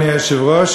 אדוני היושב-ראש,